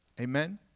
Amen